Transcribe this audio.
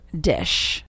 dish